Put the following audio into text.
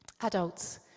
Adults